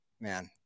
man